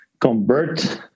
convert